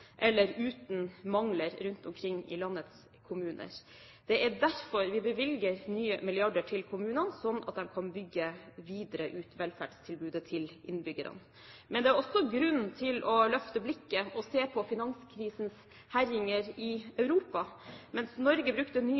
eller uten mangler rundt omkring i landets kommuner. Det er derfor vi bevilger nye milliarder til kommunene, slik at de kan bygge videre ut velferdstilbudet til innbyggerne. Men det er også grunn til å løfte blikket og se på finanskrisens herjinger i Europa. Mens Norge brukte nye